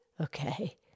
Okay